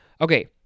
Okay